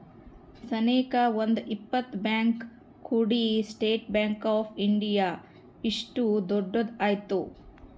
ಸನೇಕ ಒಂದ್ ಇಪ್ಪತ್ ಬ್ಯಾಂಕ್ ಕೂಡಿ ಸ್ಟೇಟ್ ಬ್ಯಾಂಕ್ ಆಫ್ ಇಂಡಿಯಾ ಇಷ್ಟು ದೊಡ್ಡದ ಆಯ್ತು